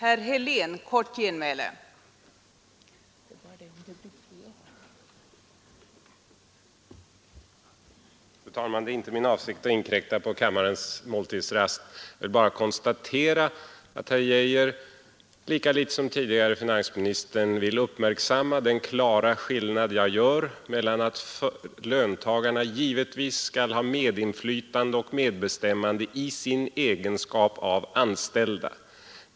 Fru talman! Det är inte min avsikt att inkräkta på kammarens måltidsrast. Jag vill bara konstatera att herr Geijer i Stockholm — lika litet som tidigare finansministern — ville uppmärksamma den klara skillnad jag gör mellan att löntagarna givetvis skall ha medinflytande och medbestämmanderätt i deras egenskap av anställda.